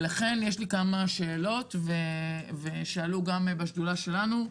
לכן יש לי כמה שאלות שגם עלו בשדולה שלנו.